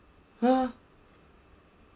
!huh!